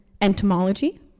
entomology